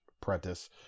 Prentice